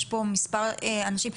יש פה מספר אנשים,